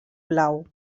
blau